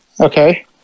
Okay